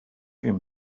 him